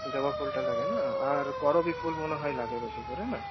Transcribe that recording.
জবা ফুলটা লাগে না আর করবী ফুল মনে হয় লাগে বেশী করে না